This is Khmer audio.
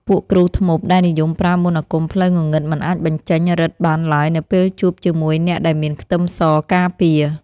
ពួកគ្រូធ្មប់ដែលនិយមប្រើមន្តអាគមផ្លូវងងឹតមិនអាចបញ្ចេញឫទ្ធិបានឡើយនៅពេលជួបជាមួយអ្នកដែលមានខ្ទឹមសការពារ។